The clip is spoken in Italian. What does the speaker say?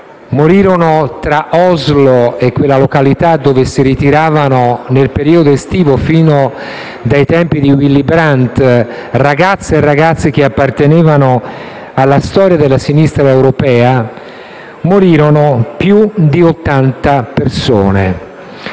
a Utøya. Tra Oslo e quella località, dove si ritiravano nel periodo estivo fino dai tempi di Willy Brandt ragazze e ragazzi che appartenevano alla storia della sinistra europea, morirono più di 80 persone.